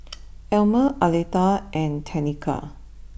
Almer Aletha and Tenika